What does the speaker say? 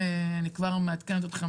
אני כבר מעדכנת אתכם